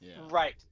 Right